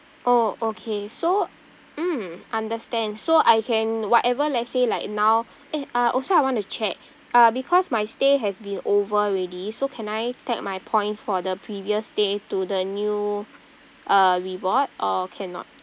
oh okay so mm understand so I can whatever let's say like now eh uh also I want to check uh because my stay has been over already so can I tag my points for the previous stay to the new uh reward or cannot